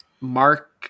mark